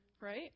Right